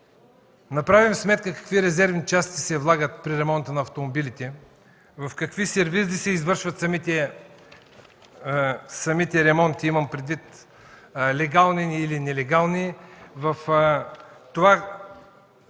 направим сметка какви резервни части се влагат при ремонта на автомобилите, в какви сервизи се извършват самите ремонти – имам предвид легални, или нелегални, става ясно,